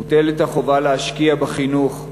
מוטלת החובה להשקיע בחינוך,